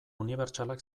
unibertsalak